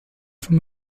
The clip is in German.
von